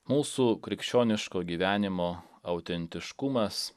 mūsų krikščioniško gyvenimo autentiškumas